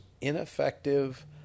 ineffective